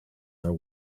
are